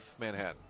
Manhattan